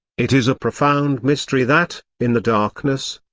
it is a profound mystery that, in the darkness,